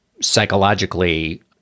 psychologically